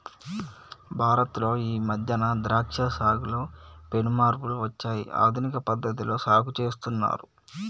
భారత్ లో ఈ మధ్యన ద్రాక్ష సాగులో పెను మార్పులు వచ్చాయి ఆధునిక పద్ధతిలో సాగు చేస్తున్నారు